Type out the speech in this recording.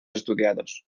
estudiados